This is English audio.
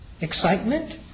Excitement